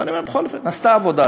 ואני אומר שבכל אופן נעשתה עבודה,